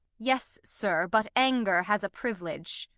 yes, sir, but anger has a privilege.